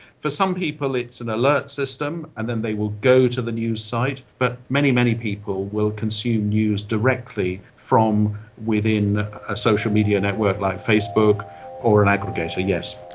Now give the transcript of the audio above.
for some people it's an alert system and then they will go to the news site, but many, many people will consume news directly from within a social media network like facebook or an aggregator, yes.